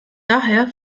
daher